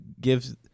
gives